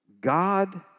God